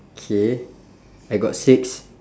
K I got six